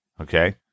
okay